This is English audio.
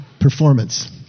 performance